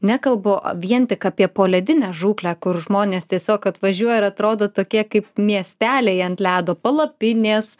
nekalbu a vien tik apie poledinę žūklę kur žmonės tiesiog atvažiuoja ir atrodo tokie kaip miesteliai ant ledo palapinės